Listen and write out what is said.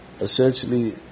Essentially